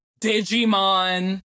Digimon